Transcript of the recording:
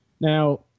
Now